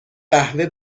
قهوه